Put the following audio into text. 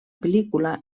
pel·lícula